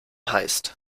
heißt